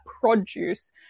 produce